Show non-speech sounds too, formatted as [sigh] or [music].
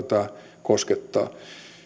[unintelligible] tämä koskettaa